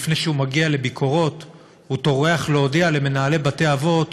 שלפני שהוא מגיע לביקורות הוא טורח להודיע למנהלי בתי-האבות.